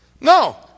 No